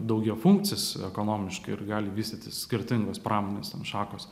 daugiafunkcis ekonomiškai ir gali vystytis skirtingos pramonės en šakos